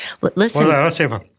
Listen